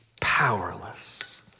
powerless